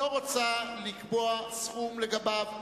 לא רוצה לקבוע סכום לגביו,